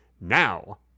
now